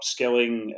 upskilling